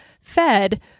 fed